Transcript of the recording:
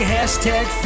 Hashtag